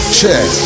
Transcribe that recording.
check